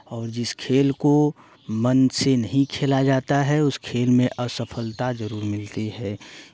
और जिस खेल को मन से नहीं खेला जाता है उस खेल में असफलता जरूर मिलती है